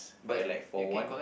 for like for one